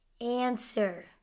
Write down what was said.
answer